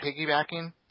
piggybacking